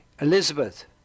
Elizabeth